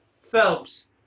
phelps